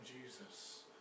Jesus